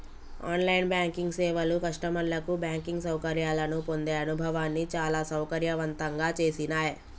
on line banking సేవలు కస్టమర్లకు banking సౌకర్యాలను పొందే అనుభవాన్ని చాలా సౌకర్యవంతంగా చేసినాయ్